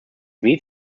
meat